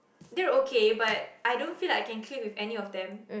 they're okay but I don't feel like I can click with any of them